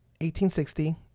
1860